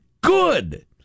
good